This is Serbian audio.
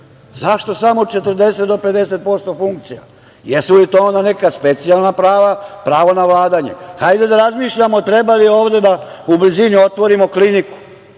Zašto samo 40% do 50% funkcija? Jesu li to onda neka specijalna prava, pravo na vladanje? Hajde da razmišljamo da li treba ovde u blizini da otvorimo kliniku